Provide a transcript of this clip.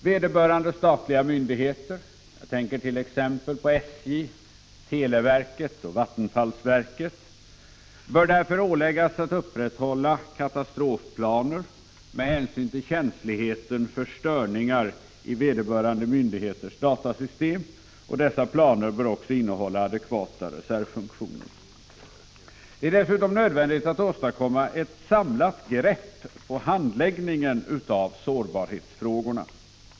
Vederbörande statliga myndigheter — t.ex. SJ, televerket och vattenfallsverket — bör därför åläggas att upprätta katastrofplaner med hänsyn till känsligheten för störningar i myndighetens datasystem. Dessa planer bör också innehålla adekvata reservfunktioner. Det är dessutom nödvändigt att åstadkomma ett samlat grepp på sårbarhetsfrågorna.